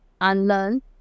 unlearn